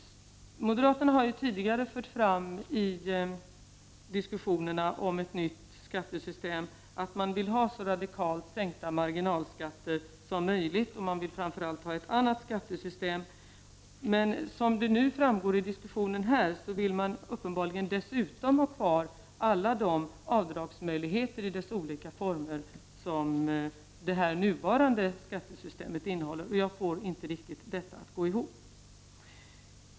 Moderaterna har tidigare fört fram i diskussionerna om ett nytt skattesystem att de vill ha så radikalt sänkta marginalskatter som möjligt och att de framför allt vill ha ett annat skattesystem. Men som nu framgår av diskussionen här, vill man uppenbarligen dessutom ha kvar alla avdragsmöjligheter i deras olika former som det nuvarande skattesystemet innehåller. Jag får inte riktigt detta att gå ihop.